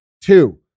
Two